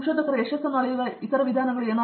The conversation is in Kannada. ಸಂಶೋಧನೆಯಲ್ಲಿ ನೀವು ಯಶಸ್ಸು ಅಳೆಯುವ ಇತರ ವಿಧಾನಗಳು ಹೇಗೆ